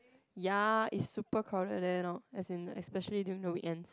ya it's super crowded there lor as in especially during the weekends